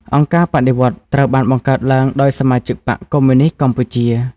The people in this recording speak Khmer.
អង្គការបដិវត្តន៍ត្រូវ បានបង្កើតឡើងដោយសមាជិកបក្សកុម្មុយនីស្តកម្ពុជា។